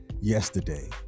yesterday